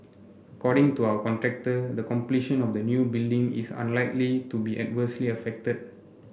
according to our contractor the completion of the new building is unlikely to be adversely affected